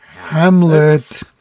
Hamlet